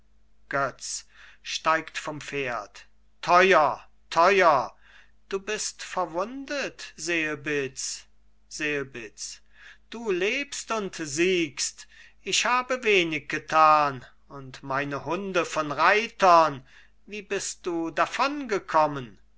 pferd teuer teuer du bist verwundt selbitz selbitz du lebst und siegst ich habe wenig getan und meine hunde von reitern wie bist du